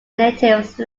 native